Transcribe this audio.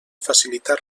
facilitar